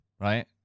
right